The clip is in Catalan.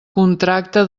contracte